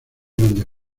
grandes